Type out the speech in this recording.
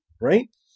Right